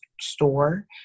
store